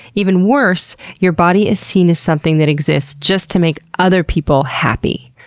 even worse, your body is seen as something that exists just to make other people happy.